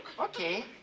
Okay